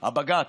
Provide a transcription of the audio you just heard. הבג"ץ.